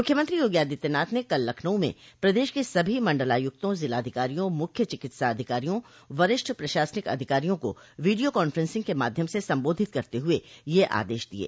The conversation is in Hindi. मुख्यमंत्री योगी आदित्यनाथ ने कल लखनऊ में प्रदेश के सभी मण्डलायुक्तों ज़िलाधिकारियों मुख्य चिकित्साधिकारियों वरिष्ठ प्रशासनिक अधिकारियों को वीडिया कांफें सिंग के माध्यम से सम्बोधित करते हुए यह आदेश दिये